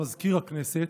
מזכיר הכנסת,